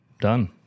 done